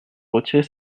retirer